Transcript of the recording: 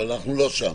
אבל אנחנו לא שם.